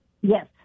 Yes